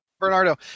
Bernardo